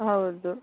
ಹೌದು